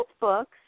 books